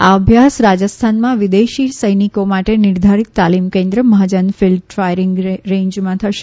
આ અભ્યાસ રાજસ્થાનમાં વિદેશી સૈનિકો માટે નિર્ધારીત તાલીમ કેન્દ્ર મહાજન ફિલ્ડ ફાયરીંગ રેન્જમાં થશે